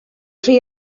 rhy